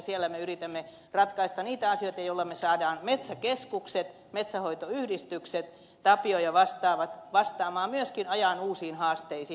siellä me yritämme ratkaista niitä asioita joilla me saamme metsäkeskukset metsänhoitoyhdistykset tapio ja vastaavat vastaamaan myöskin ajan uusiin haasteisiin